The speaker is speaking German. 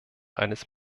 eines